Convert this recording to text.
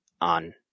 on